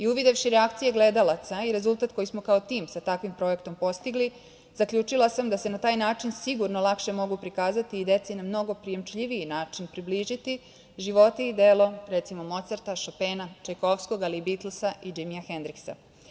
Uvidevši reakcije gledalaca i rezultat koji smo kao tim sa takvim projektom postigli, zaključila sam da se na taj način sigurno lakše mogu prikazati i deci na mnogo prijemčljiviji način približiti životi i delo, recimo, Mocarta, Šopena, Čajkovskog, ali i Bitlsa i Džimija Hendriksa.